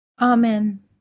Amen